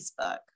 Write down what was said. Facebook